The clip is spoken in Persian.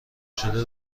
شده